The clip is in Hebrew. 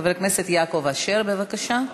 חבר הכנסת יעקב אשר, בבקשה.